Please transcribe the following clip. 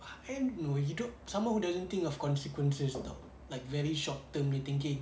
and no you don't someone who doesn't think of consequences on top like very short-term nya thinking